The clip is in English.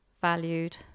valued